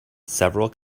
several